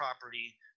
property